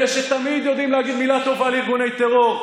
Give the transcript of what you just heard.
אלה שתמיד יודעים להגיד מילה טובה לארגוני טרור,